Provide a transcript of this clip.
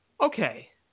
Okay